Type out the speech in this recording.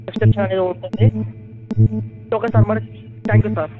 description అనేది ఉంటుంది okay sir మరి త్యాంక్ యూ సార్